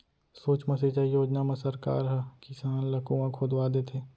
सुक्ष्म सिंचई योजना म सरकार ह किसान ल कुँआ खोदवा देथे